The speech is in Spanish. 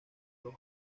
los